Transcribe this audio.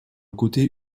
côté